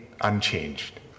unchanged